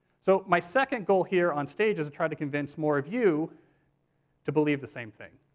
so my second goal here on stage is try to convince more of you to believe the same thing.